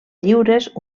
lliures